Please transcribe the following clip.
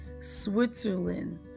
Switzerland